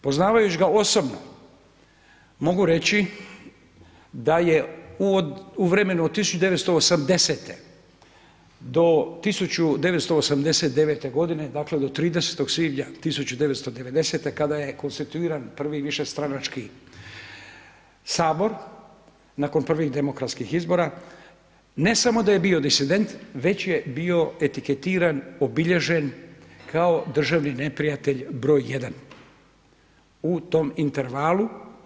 Poznavajući ga osobno mogu reći da je u vremenu od 1980. do 1989. godine, dakle do 30. svibnja 1990. kada je konstituiran prvi višestranački Sabor nakon prvih demokratskih izbora ne samo da je bio disident već je bio etiketiran, obilježen kao državni neprijatelj broj jedan u tom intervalu.